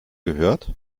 gehört